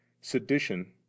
sedition